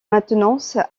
maintenance